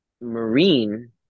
marine